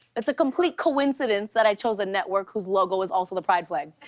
it's a complete coincidence that i chose a network whose logo is also the pride flag.